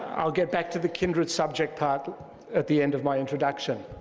i'll get back to the kindred subject part at the end of my introduction.